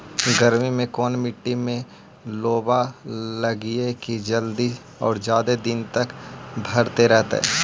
गर्मी में कोन मट्टी में लोबा लगियै कि जल्दी और जादे दिन तक भरतै रहतै?